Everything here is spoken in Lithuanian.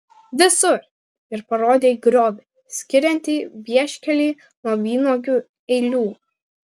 visur ir parodė į griovį skiriantį vieškelį nuo vynuogių eilių